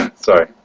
Sorry